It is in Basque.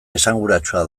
esanguratsua